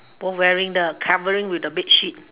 both wearing the covering with the bedsheet